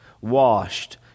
washed